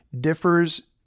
differs